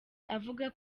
avuga